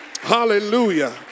Hallelujah